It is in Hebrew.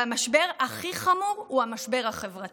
והמשבר הכי חמור הוא המשבר החברתי,